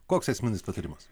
koks esminis patarimas